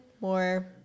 more